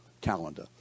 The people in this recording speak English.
calendar